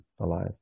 alive